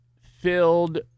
filled